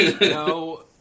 No